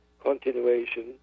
continuation